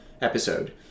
episode